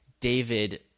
David